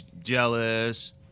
Jealous